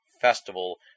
festival